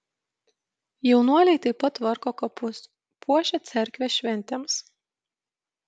jaunuoliai taip pat tvarko kapus puošia cerkvę šventėms